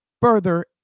further